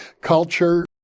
culture